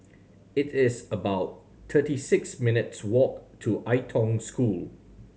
it is about thirty six minutes' walk to Ai Tong School